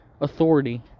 authority